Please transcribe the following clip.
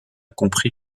compris